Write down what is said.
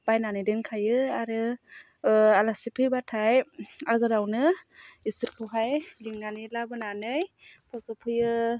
बायनानै दोनखायो आरो आलासि फैब्लाथाय आगोलावनो बिसोरखौहाय लिंनानै लाबोनानै फज'फैयो